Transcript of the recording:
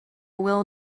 will